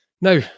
Now